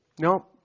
No